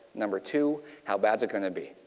number two, how bad is it going to be.